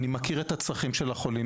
להכשרה.